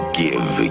give